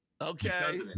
Okay